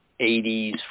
80s